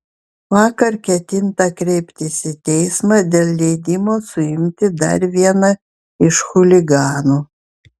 vakar ketinta kreiptis į teismą dėl leidimo suimti dar vieną iš chuliganų